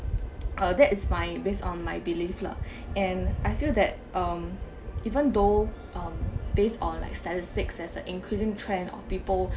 uh that is my my based on my belief lah and I feel that um even though um based on like statistics as an increasing trend of people